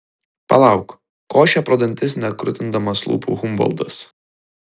palauk košė pro dantis nekrutindamas lūpų humboltas